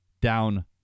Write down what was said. down